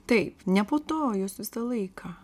taip ne po to jos visą laiką